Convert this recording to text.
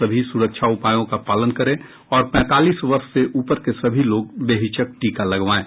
सभी सुरक्षा उपायों का पालन करें और पैंतालीस वर्ष से ऊपर के सभी लोग बेहिचक टीका लगवाएं